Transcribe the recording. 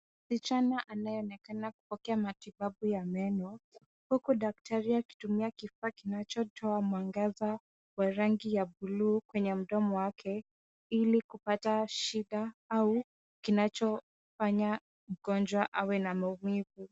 Kijani anayeonekana kupata matibabu ya meno huku daktari akitumua kifaa kinachotoa mwangaza wa rangi ya buluu kwenye mdomo wake ili kupata shida au kinacho fanya mgonjwa awe na maumivu.